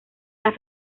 las